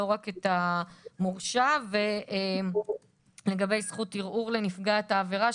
לא רק את המורשע ולגבי זכות ערעור לנפגעת העבירה,